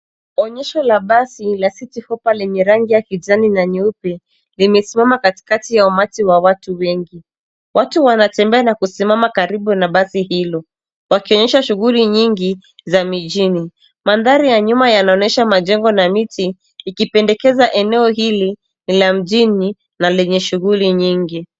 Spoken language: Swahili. Onyesho la basi la city hoppa lenye rangi ya kijani na nyeupe, limesimama katikati ya umati wa watu wengi. Watu wanatembea na kusimama karibu na basi hilo. Wakionyesha shughuli nyingi za mijini. Mandhari ya nyuma inaonyesha majengo na miti, ikipendekeza eneo hili la mjini na lenye shughuli nyingi.